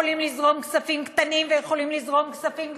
יכולים לזרום כספים קטנים ויכולים לזרום כספים גדולים,